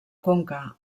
conca